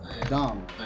dumb